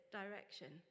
direction